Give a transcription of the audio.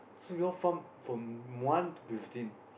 so you all farm from one to fifteen